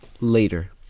later